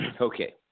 Okay